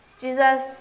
Jesus